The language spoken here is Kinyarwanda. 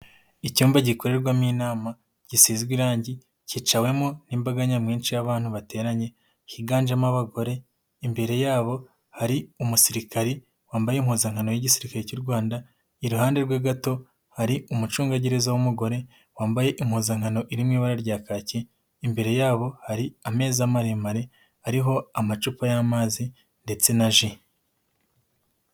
Icyumba gikorerwamo inama gisizwe irangi cyicawemo n'imbaga nyamwinshi y'abantu bateranye higanjemo abagore imbere yabo hari umusirikare wambaye impuzankano y'igisirikare cy'u Rwanda, iruhande rwe gato hari umucungagereza w'umugore wambaye impuzankano iririmo ibara rya kaki, imbere yabo hari ameza maremare ariho amacupa y'amazi ndetse na ji.